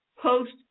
post